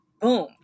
boom